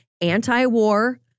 anti-war